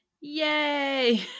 Yay